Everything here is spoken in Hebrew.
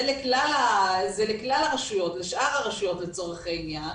זה לכלל הרשויות, לשאר הרשויות לצורך העניין,